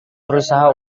berusaha